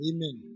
Amen